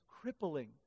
crippling